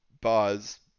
Buzz